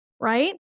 right